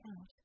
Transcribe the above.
out